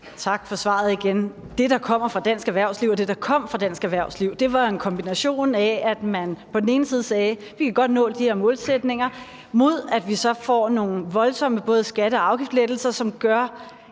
Tak for svaret igen. Det, der kommer fra dansk erhvervsliv, og det, der kom fra dansk erhvervsliv, er en kombination, hvor man har sagt: Vi kan godt nå de her målsætninger, mod at vi får nogle voldsomme både skatte- og afgiftslettelser, som gør,